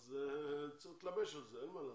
אז צריך להתלבש על זה, אין מה לעשות.